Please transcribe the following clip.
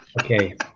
okay